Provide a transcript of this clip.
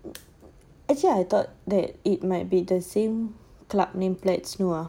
actually I thought that it might be the same club name plat snow